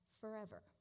forever